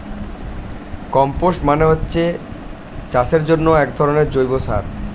compost মানে হচ্ছে চাষের জন্যে একধরনের জৈব সার